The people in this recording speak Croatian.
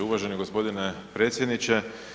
Uvaženi gospodine predsjedniče.